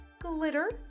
glitter